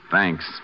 Thanks